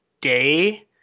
day